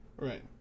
right